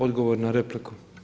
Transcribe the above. Odgovor na repliku.